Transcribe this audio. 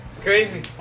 Crazy